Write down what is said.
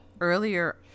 earlier